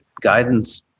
guidance